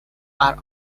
are